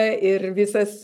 ir visas